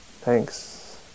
Thanks